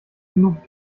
genug